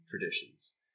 traditions